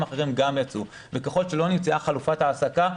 האחרים גם יצאו וככל שלא נמצאה חלופת העסקה,